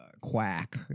quack